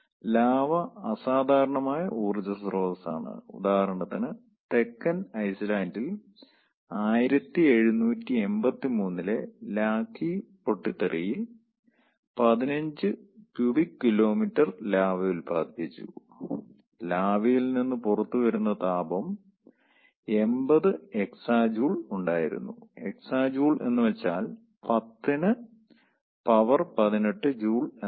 lava അസാധാരണമായ ഊർജ്ജ സ്രോതസ്സാണ് ഉദാഹരണത്തിന് തെക്കൻ ഐസ്ലാന്റിൽ 1783 ലെ ലാകി പൊട്ടിത്തെറിയിൽ 15 ക്യുബിക് കിലോമീറ്റർ ലാവ ഉൽപാദിപ്പിച്ചു ലാവയിൽ നിന്ന് പുറത്തുവന്ന താപം 80 എക്സാജൂൾ ഉണ്ടായിരുന്നു എക്സാജൂൾ എന്നുവെച്ചാൽ 10 ന് പവർ പതിനെട്ട് ജൂൾ എന്നാണ്